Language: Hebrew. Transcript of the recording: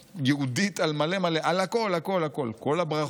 יהודית על מלא מלא, על הכול, הכול, הכול.